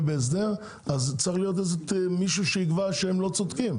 בהסדר אז צריך שיהיה מישהו שיקבע שהם לא צודקים.